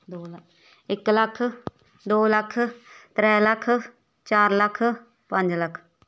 इक लक्ख दो लक्ख त्रै लक्ख चार लक्ख पंज लक्ख